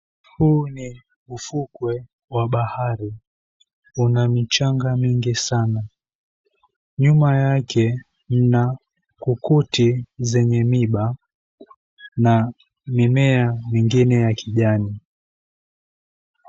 Huu ni ufukwe wa bahari. Una michanga mingi sana. Nyuma yake mna kokote zenye miba na mimea mingine ya kijani.